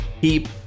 Heap